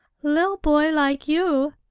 li'l boy like you!